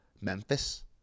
Memphis